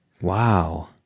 Wow